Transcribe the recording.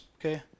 okay